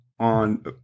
On